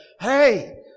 Hey